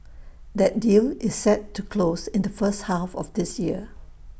that deal is set to close in the first half of this year